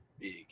big